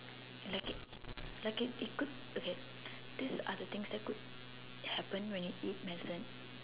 like it like it it could okay these other things that could happen when you eat medicine